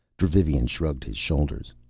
dravivian shrugged his shoulders.